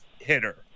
hitter